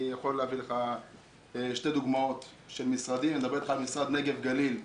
אני יכול להביא לך שתי דוגמאות של משרדים: המשרד לפיתוח הנגב והגליל,